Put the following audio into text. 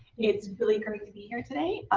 it's really great to be here today.